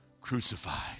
crucified